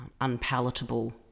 unpalatable